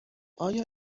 آیا